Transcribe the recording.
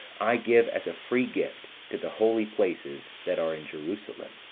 i give as a free gift to the holy places that are in jerusalem,